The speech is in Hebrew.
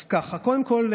אז ככה: קודם כול,